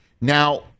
Now